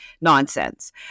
nonsense